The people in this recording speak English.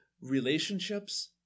relationships